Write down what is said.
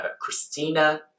Christina